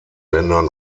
ländern